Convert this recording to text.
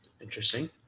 interesting